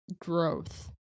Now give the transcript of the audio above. growth